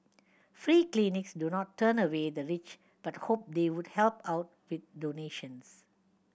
free clinics do not turn away the rich but hope they would help out with donations